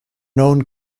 known